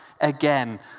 again